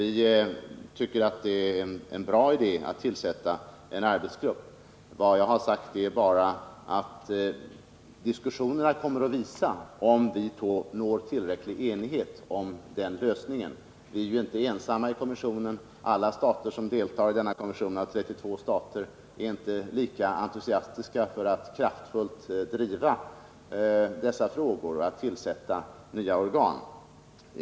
Vi tycker att det är en bra idé att tillsätta en arbetsgrupp, och det jag sade i det sammanhanget var att diskussionerna kommer att visa om vi når tillräcklig enighet om en sådan lösning. Vi är ju inte ensamma i kommissionen, och alla de 32 stater som deltar i den är inte lika entusiastiska för att kraftfullt driva dessa frågor och att tillsätta nya organ.